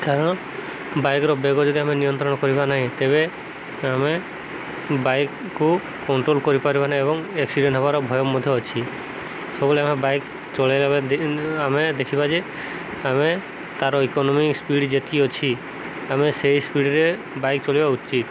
କାରଣ ବାଇକ୍ର ବେଗ ଯଦି ଆମେ ନିୟନ୍ତ୍ରଣ କରିବା ନାହିଁ ତେବେ ଆମେ ବାଇକ୍କୁ କଣ୍ଟ୍ରୋଲ୍ କରିପାରିବା ନାହିଁ ଏବଂ ଏକ୍ସିଡେଣ୍ଟ ହେବାର ଭୟ ମଧ୍ୟ ଅଛି ସବୁବେଳେ ଆମେ ବାଇକ୍ ଚଲେଇଲା ଆମେ ଦେଖିବା ଯେ ଆମେ ତାର ଇକୋନୋମି ସ୍ପିଡ୍ ଯେତିକି ଅଛି ଆମେ ସେଇ ସ୍ପିଡ୍ରେ ବାଇକ୍ ଚଲେଇବା ଉଚିତ